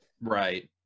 right